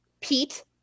Pete